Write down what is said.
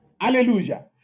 Hallelujah